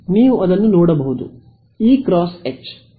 ನೀವು ಅದನ್ನು ನೋಡಬಹುದು E× H